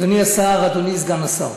אדוני השר, אדוני סגן השר,